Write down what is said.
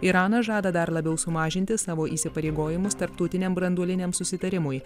iranas žada dar labiau sumažinti savo įsipareigojimus tarptautiniam branduoliniam susitarimui